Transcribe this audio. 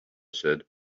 said